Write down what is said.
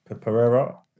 Pereira